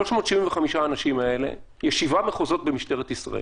375 האנשים האלה, יש שבעה מחוזות במשטרת ישראל,